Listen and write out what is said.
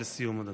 לסיום, אדוני.